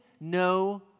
no